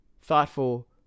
thoughtful